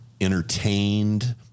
entertained